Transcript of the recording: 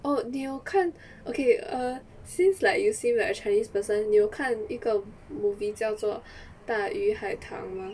oh 你有看 okay err since like you seem like a chinese person 你有看一个 movie 叫做大鱼海棠吗